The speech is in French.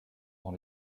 dans